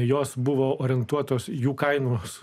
jos buvo orientuotos jų kainos